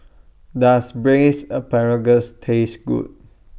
Does Braised Asparagus Taste Good